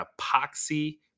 epoxy